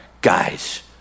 Guys